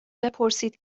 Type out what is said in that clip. بپرسید